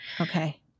Okay